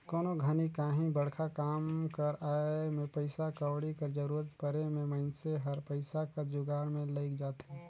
कोनो घनी काहीं बड़खा काम कर आए में पइसा कउड़ी कर जरूरत परे में मइनसे हर पइसा कर जुगाड़ में लइग जाथे